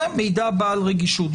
זה מידע בעל רגישות,